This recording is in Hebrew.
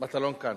מטלון כאן.